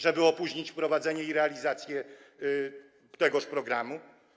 Żeby opóźnić wprowadzenie i realizację tegoż programu?